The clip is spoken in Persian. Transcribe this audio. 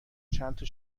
چندتا